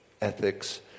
ethics